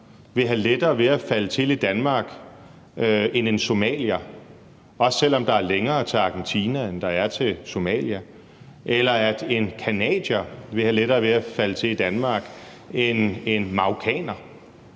ville have lettere ved at falde til i Danmark end en somalier, også selv om der er længere til Argentina, end der er til Somalia, eller at en canadier ville have lettere ved at falde til i Danmark end en marokkaner.